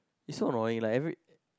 it's not annoying like every